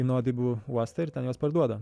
į nuodėmių uostą ir ten juos parduoda